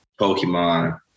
Pokemon